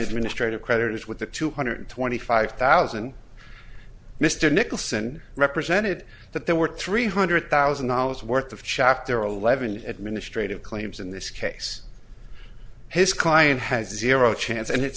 administrative creditors with the two hundred twenty five thousand mr nicholson represented that there were three hundred thousand dollars worth of chaff there are eleven administrative claims in this case his client has zero chance and